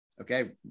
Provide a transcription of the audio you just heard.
okay